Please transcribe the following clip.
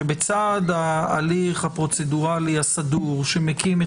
שבצד ההליך הפרוצדורלי הסדור שמקים את